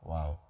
Wow